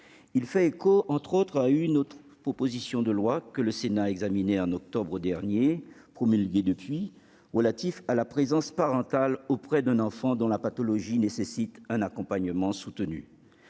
fait écho, entre autres, à une autre proposition de loi que le Sénat a examinée au mois d'octobre dernier, promulguée depuis, visant à améliorer les conditions de présence parentale auprès d'un enfant dont la pathologie nécessite un accompagnement soutenu.